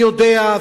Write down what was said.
אני יודע,